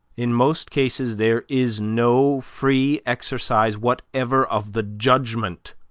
in most cases there is no free exercise whatever of the judgement